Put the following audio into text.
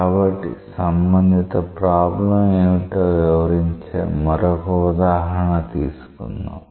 కాబట్టి సంబంధిత ప్రాబ్లం ఏమిటో వివరించే మరొక ఉదాహరణ తీసుకుందాం